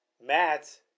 Matt